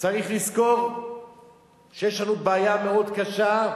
צריך לזכור שיש לנו בעיה מאוד קשה,